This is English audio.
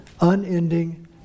Unending